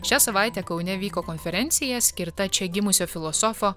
šią savaitę kaune vyko konferencija skirta čia gimusio filosofo